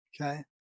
Okay